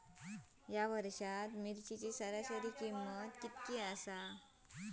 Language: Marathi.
या वर्षात मिरचीची सरासरी किंमत काय आसा?